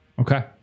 Okay